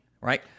right